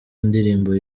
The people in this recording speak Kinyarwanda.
ndirimbo